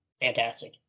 Fantastic